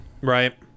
right